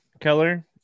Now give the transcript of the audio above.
Keller